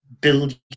build